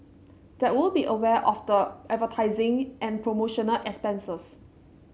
they would be aware of the advertising and promotional expenses